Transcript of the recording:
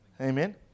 Amen